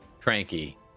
Cranky